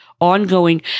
Ongoing